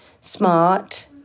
smart